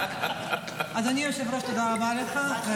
אדוני היושב-ראש, תודה רבה לך.